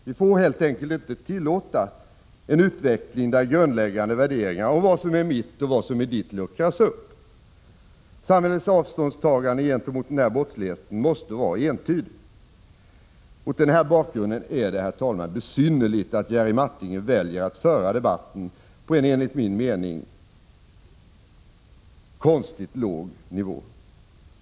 Vi får helt enkelt inte tillåta en utveckling, där grundläggande värderingar om vad som är mitt och vad som är ditt luckras upp. Samhällets avståndstagande gentemot denna brottslighet måste vara entydigt. Mot den bakgrunden är det, herr talman, besynnerligt att Jerry Martinger väljer att föra debatten på en enligt min mening konstigt låg nivå.